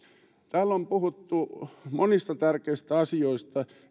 täällä on puhuttu monista tärkeistä asioista